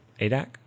ADAC